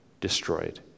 destroyed